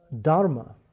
dharma